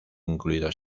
incluidos